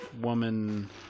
woman